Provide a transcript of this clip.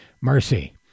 Mercy